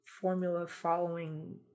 formula-following